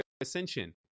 ascension